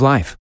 Life